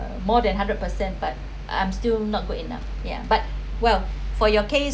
uh more than hundred percent but I'm still not good enough yeah but well for your case